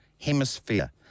hemisphere